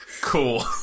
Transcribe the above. Cool